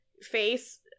Face